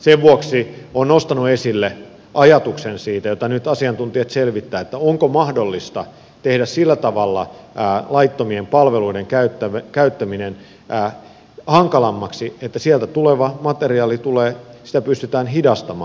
sen vuoksi olen nostanut esille ajatuksen siitä jota nyt asiantuntijat selvittävät että onko mahdollista tehdä sillä tavalla laittomien palveluiden käyttäminen hankalammaksi että sieltä tulevaa materiaalia pystytään hidastamaan